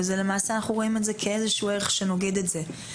ולמעשה אנחנו רואים את זה כאיזה שהוא ערך שנוגד את זה.